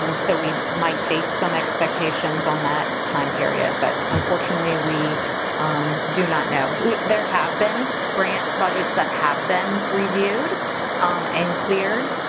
so we might base some expectations on that time period, but unfortunately, we do not know. we there have been grant budgets that have been reviewed and cleared.